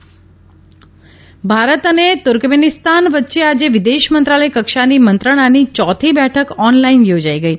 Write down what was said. Bharat Turkmenistan Bharat અને Turkmenistan વચ્ચે આજે વિદેશ મંત્રાલય કક્ષાની મંત્રણાની ચોથી બેઠક ઓનલાઇન યોજાઇ ગઇ